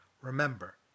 Remember